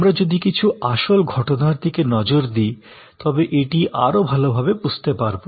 আমরা যদি কিছু আসল ঘটনার দিকে নজর দি তবে এটি আরো ভালভাবে বুঝতে পারবো